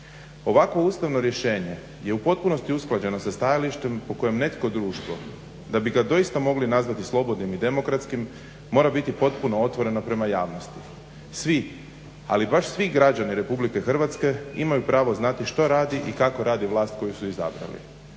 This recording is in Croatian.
Ovakvo ustavno rješenje je u potpunosti usklađeno sa stajalištem u kojem neko društvo da bi ga doista mogli nazvati slobodnim i demokratskim, mora biti potpuno otvoreno prema javnosti. Svi, ali baš svi građani RH imaju pravo znati, što radi i kako radi vlast koju su izabrali.